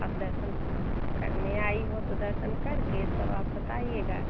अब दर्शन करने आई हो तो दर्शन कर के तब आप बताइएगा